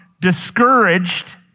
discouraged